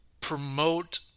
promote